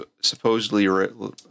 supposedly